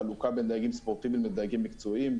חלוקה בין דייגים ספורטיביים לדייגים מקצועיים,